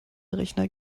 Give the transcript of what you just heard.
rechner